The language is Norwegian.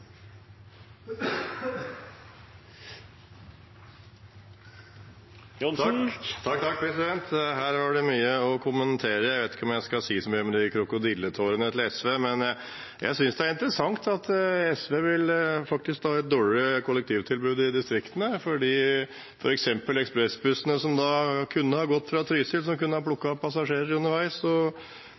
Her var det mye å kommentere. Jeg vet ikke om jeg skal si så mye om de krokodilletårene til SV, men jeg synes det er interessant at SV faktisk vil ha et dårligere kollektivtilbud i distriktene. For eksempel kunne ekspressbussene som går fra Trysil, ha plukket opp passasjerer underveis og satt av passasjerer underveis,